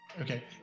Okay